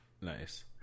Nice